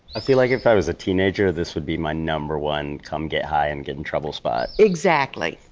i feel like if i was a teenager, this would be my number one come get high and get in trouble spot. exactly.